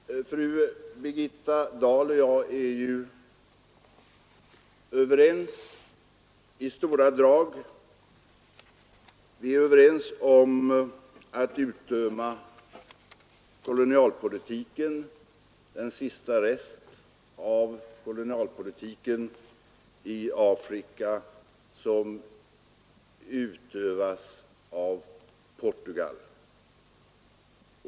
Herr talman! Fru Birgitta Dahl och jag är ju i stora drag överens. Vi är överens om att utdöma den sista rest av kolonialpolitiken i Afrika som utövas av Portugal.